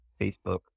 facebook